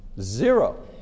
zero